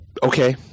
Okay